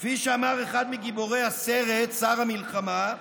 כפי שאמר אחד מגיבורי הסרט שר המלחמה: